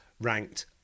ranked